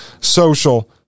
social